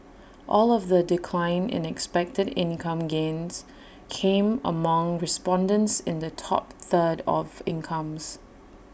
all of the decline in expected income gains came among respondents in the top third of incomes